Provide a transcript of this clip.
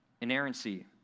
Inerrancy